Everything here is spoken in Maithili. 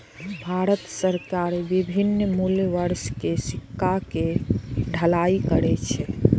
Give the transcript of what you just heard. भारत सरकार विभिन्न मूल्य वर्ग के सिक्का के ढलाइ करै छै